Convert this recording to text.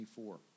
24